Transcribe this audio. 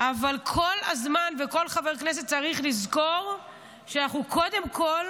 אבל כל הזמן וכל חבר כנסת צריך לזכור שאנחנו קודם כול,